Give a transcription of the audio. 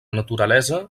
naturalesa